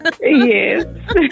Yes